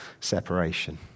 separation